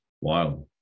Wow